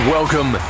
Welcome